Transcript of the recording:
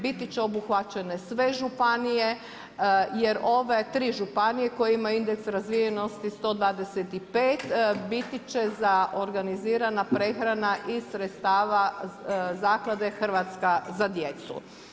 Biti će obuhvaćene sve županije jer ove tri županije kojima je indeks razvijenosti 125 biti će za organizirana prehrana iz sredstava Zaklade Hrvatska za djecu.